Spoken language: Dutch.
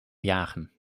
jagen